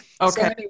okay